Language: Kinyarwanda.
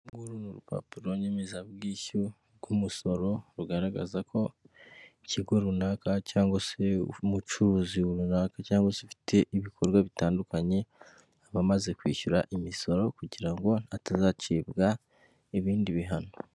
Uru ni urupapuro nyemezabwishyu rw' umusoro rugaragaza ko ikigo runaka cyangwa se umucuruzi runaka cyangwa se afite ibikorwa bitandukanye aba amaze kwishyurira imisoro, kugira ngo hatazacibwa ibindi bihano.